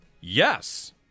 yes